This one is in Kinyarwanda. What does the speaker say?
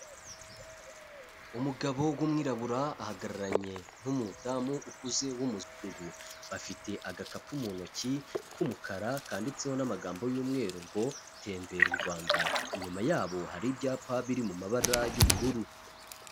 Umugabo w'umwirabura ahagararanye n'umudamu ukuze w'umuzungu, bafite agakapu mu ntoki k'umukara kanditseho n'amagambo y'umweru ngo tembera u Rwanda, inyuma yabo hari ibyapa biri mu mabara y'ubururu.